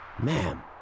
Ma'am